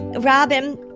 Robin